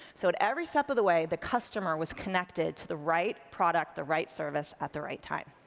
so at every step of the way the customer was connected to the right product, the right service at the right time.